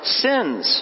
sins